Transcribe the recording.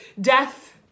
death